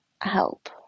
help